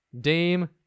Dame